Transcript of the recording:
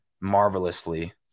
marvelously